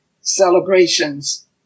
celebrations